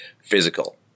physical